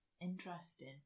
Interesting